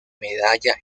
medalla